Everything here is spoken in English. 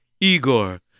Igor